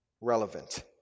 relevant